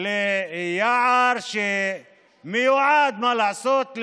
ליער שמועד, מה לעשות,